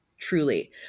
truly